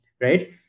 right